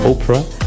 Oprah